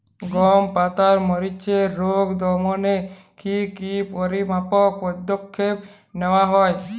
গমের পাতার মরিচের রোগ দমনে কি কি পরিমাপক পদক্ষেপ নেওয়া হয়?